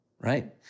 right